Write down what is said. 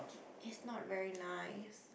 it's not very nice